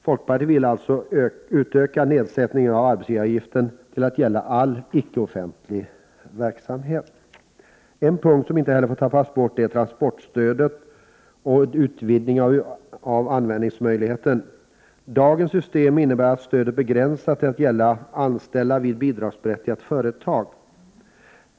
Folkpartiet vill alltså utöka nedsättningen av arbetsgivaravgifter till att gälla all icke-offentlig verksamhet. En punkt som vi inte heller får tappa bort är transportstödet och en utvidgning av användningsmöjligheterna. Dagens system innebär att stödet begränsas till att gälla anställda vid bidragsberättigade företag.